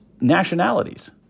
nationalities